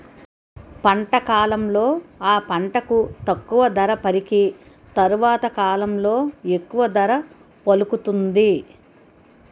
పంట కాలంలో ఆ పంటకు తక్కువ ధర పలికి తరవాత కాలంలో ఎక్కువ ధర పలుకుతుంది